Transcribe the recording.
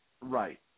Right